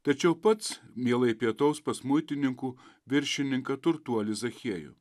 tačiau pats mielai pietaus pas muitininkų viršininką turtuolį zachiejų